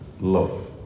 love